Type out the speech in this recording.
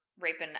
raping